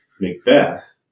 Macbeth